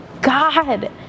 God